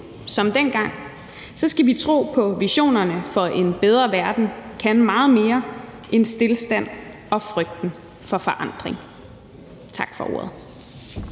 som dengang skal vi tro på visionerne, for en bedre verden kan meget mere end stilstand og frygten for forandring. Tak for ordet.